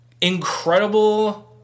incredible